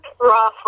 rough